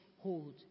hold